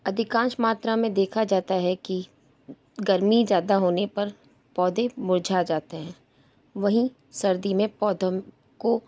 अधिकांश मात्रा में देखा जाता है कि गर्मी ज़्यादा होने पर पौधे मुरझा जाते हैं वहीं सर्दी में पौधों को